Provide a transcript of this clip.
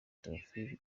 theophile